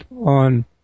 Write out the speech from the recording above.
on